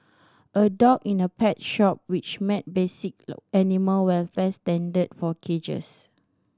a dog in a pet shop which met basic animal welfare standard for cages